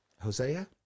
Hosea